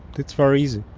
it's very easy